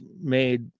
made